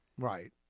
Right